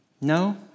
No